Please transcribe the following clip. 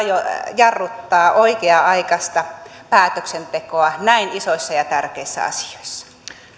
jarruttaa oikea aikaista päätöksentekoa näin isoissa ja tärkeissä asioissa